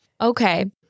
Okay